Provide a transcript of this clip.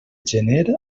gener